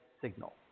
signal